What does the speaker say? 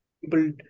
people